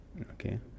Okay